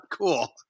cool